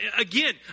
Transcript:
again